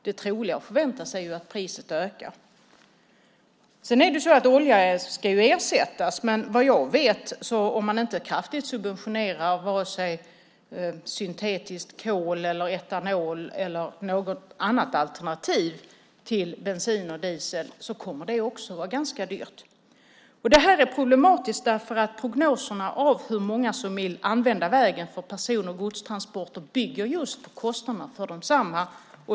Det man kan förvänta sig är att priset troligen ökar. Sedan ska ju olja ersättas. Men om man inte kraftigt subventionerar vare sig syntetiskt kol eller etanol eller något annat alternativ till bensin och diesel kommer det också att vara ganska dyrt. Det här är problematiskt därför att prognoserna för hur många som vill använda vägen för person och godstransporter just bygger på kostnaderna för desamma.